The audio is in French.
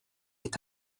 est